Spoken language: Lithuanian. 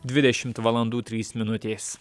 dvidešimt valandų trys minutės